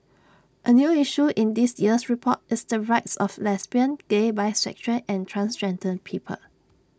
A new issue in this year's report is the rights of lesbian gay bisexual and transgender people